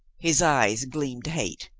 his eyes gleamed hate.